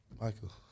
Michael